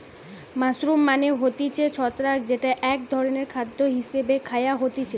mushroom মানে হতিছে ছত্রাক যেটা এক ধরণের খাদ্য হিসেবে খায়া হতিছে